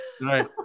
Right